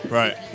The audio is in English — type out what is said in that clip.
right